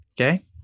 Okay